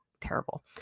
terrible